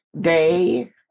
day